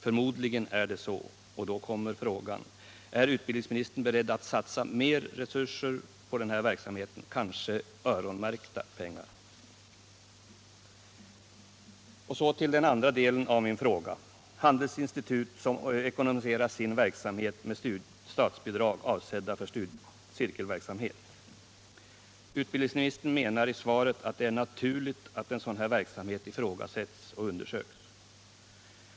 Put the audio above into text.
Förmodligen är det så, och då kommer frågan: Är utbildningsministern beredd att satsa mer resurser på den verksamheten, kanske öronmärkta pengar? Och så till den andra delen av min fråga, nämligen om handelsinstitut som ekonomiserar sin verksamhet med statsbidrag, avsedda för cirkelverksamhet. Utbildningsministern menar i svaret att det är naturligt att en sådan verksamhet ifrågasätts och undersöks.